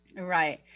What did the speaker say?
Right